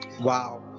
Wow